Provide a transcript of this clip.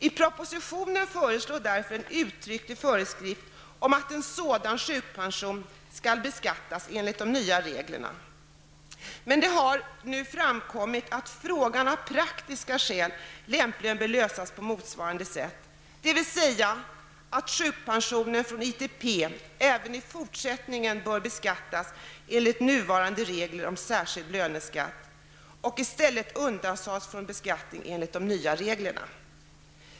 I propositionen föreslås därför en uttryckt föreskrift om att sådan sjukpension skall beskattas enligt de nya reglerna. Det har nu framkommit att frågan av praktiska skäl lämpligen bör lösas på motsvarande sätt, dvs. att sjukpensionen från ITP även i fortsättningen bör beskattas enligt nuvarande regler om särskild löneskatt och i stället undantas från beskattning enligt de nya reglerna.